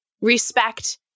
respect